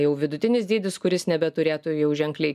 jau vidutinis dydis kuris nebeturėtų jau ženkliai